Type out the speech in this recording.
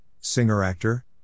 Singer-Actor